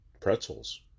pretzels